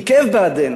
עיכב בעדנו.